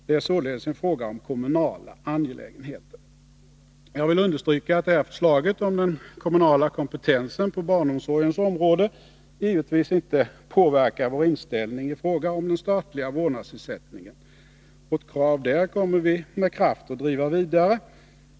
Det är således en fråga om kommunala angelägenheter. Jag vill understryka att det här förslaget om den kommunala kompetensen på barnomsorgens område givetvis inte påverkar vår inställning i fråga om den statliga vårdnadsersättningen. Vårt krav på det området kommer vi att med kraft driva vidare.